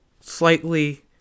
slightly